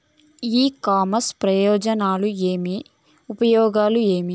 ఇ commerce ప్రయోజనం ఏమి? ఉపయోగం ఏమి?